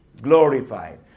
glorified